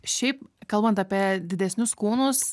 šiaip kalbant apie didesnius kūnus